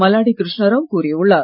மல்லாடி கிருஷ்ணராவ் கூறியுள்ளார்